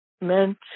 meant